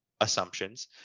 assumptions